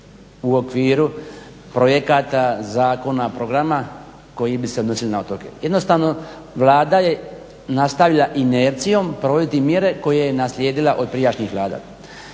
u okviru projekata, zakona, programa koji bi se odnosili na otoke. Jednostavno Vlada nastavlja inercijom provoditi mjere koje je naslijedila od prijašnjih Vlada.